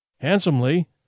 Handsomely